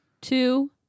two